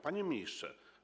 Panie Ministrze!